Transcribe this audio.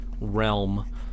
realm